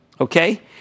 Okay